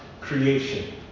creation